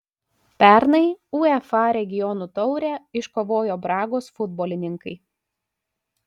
pernai uefa regionų taurę iškovojo bragos futbolininkai